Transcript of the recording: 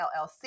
LLC